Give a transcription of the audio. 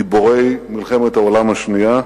גיבורי מלחמת העולם השנייה,